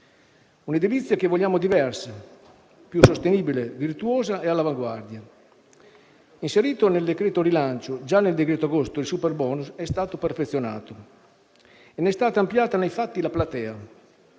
Un'edilizia che vogliamo diversa: più sostenibile, virtuosa e all'avanguardia. Inserito nel decreto-legge rilancio, già nel cosiddetto decreto-legge agosto il superbonus è stato perfezionato e ne è stata ampliata nei fatti la platea;